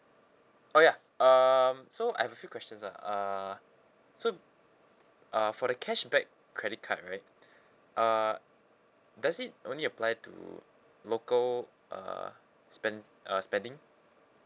oh ya um so I have a few questions ah uh so uh for the cashback credit card right uh does it only apply to local uh spend uh spending